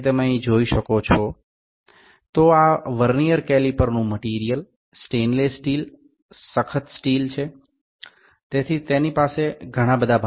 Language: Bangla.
সুতরাং এই নির্দিষ্ট ভার্নিয়ার ক্যালিপারের উপাদান হল মরিচা রোধক ইস্পাত কড়া ইস্পাত